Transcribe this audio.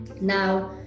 Now